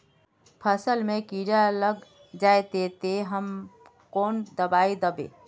फसल में कीड़ा लग जाए ते, ते हम कौन दबाई दबे?